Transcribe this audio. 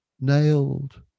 nailed